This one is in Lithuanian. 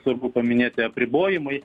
svarbu paminėti apribojimai